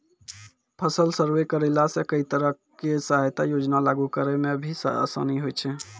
फसल सर्वे करैला सॅ कई तरह के सहायता योजना लागू करै म भी आसानी होय छै